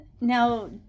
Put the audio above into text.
Now